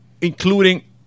including